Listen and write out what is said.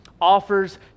offers